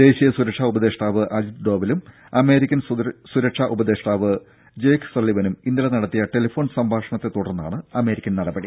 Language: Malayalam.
ദേശീയ സുരക്ഷാ ഉപദേഷ്ടാവ് അജിത് ഡോവലും അമേരിക്കൻ സുരക്ഷാ ഉപദേഷ്ടാവ് ജെയ്ക്ക് സള്ളിവനും ഇന്നലെ നടത്തിയ ടെലിഫോൺ സംഭാഷണത്തെത്തുടർന്നാണ് അമേരിക്കൻ നടപടി